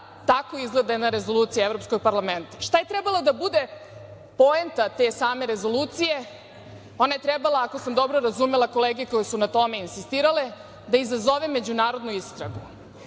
tako izgleda jedna rezolucija Evropskog parlamenta. Šta je trebalo da bude poenta te same rezolucije? Ona je trebala, ako sam dobro razumela kolege koji su na tome insistirale, da izazove međunarodnu istragu.